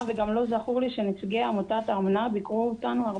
וגם לא זכור לי שנציגי עמותת האומנה ביקרו אותנו הרבה.